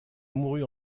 mourut